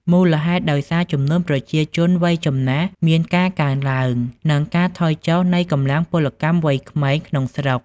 មូលហេតុដោយសារចំនួនប្រជាជនវ័យចំណាស់មានការកើនឡើង និងការថយចុះនៃកម្លាំងពលកម្មវ័យក្មេងក្នុងស្រុក ។